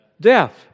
death